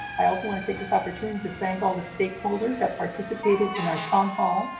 i also want to take this opportunity to thank all the stakeholders that participated in our town hall.